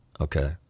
Okay